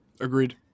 Agreed